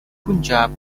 punjab